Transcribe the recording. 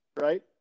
Right